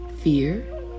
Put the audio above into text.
fear